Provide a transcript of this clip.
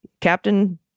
Captain